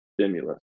stimulus